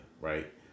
right